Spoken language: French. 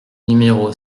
numéro